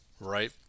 right